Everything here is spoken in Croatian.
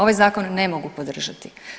Ovaj zakon ne mogu podržati.